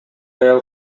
аял